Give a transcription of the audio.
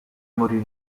morì